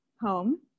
home